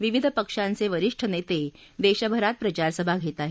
विविध पक्षांचे वरीष्ठ नेते देशभरात प्रचारसभा घेत आहेत